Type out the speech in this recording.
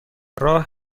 راه